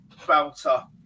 belter